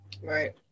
Right